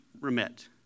remit